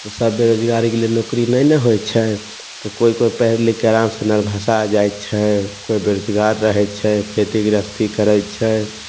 तऽ सब बेरोजगारीके लेल नौकरी नहि ने होइ छै तऽ कोइ कोइ पढ़ि लिखिके आरामसँ नरभसा जाइ छै कोइ बेजरोजगार रहय छै खेती गृहस्थी करय छै